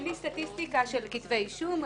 אין לי סטטיסטיקה של כתבי אישום.